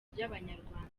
ry’abanyarwanda